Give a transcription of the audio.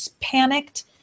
panicked